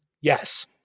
Yes